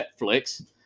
Netflix